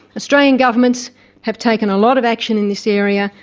australian governments have taken a lot of action in this area,